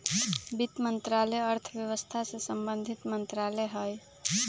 वित्त मंत्रालय अर्थव्यवस्था से संबंधित मंत्रालय हइ